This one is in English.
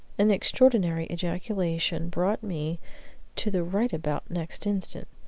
an extraordinary ejaculation brought me to the right-about next instant.